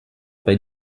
bei